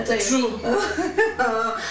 True